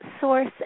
source